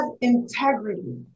integrity